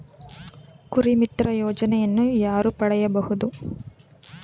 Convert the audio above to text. ಕುರಿಮಿತ್ರ ಯೋಜನೆಯನ್ನು ಯಾರು ಪಡೆಯಬಹುದು?